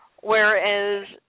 whereas